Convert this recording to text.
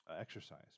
exercise